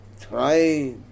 Try